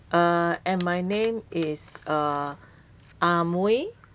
uh and my name is uh Ah Mui